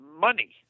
money